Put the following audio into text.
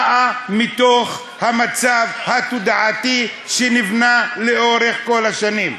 באות מתוך המצב התודעתי שנבנה לאורך כל השנים.